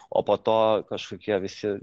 o po to kažkokie visi